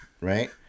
right